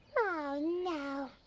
oh no.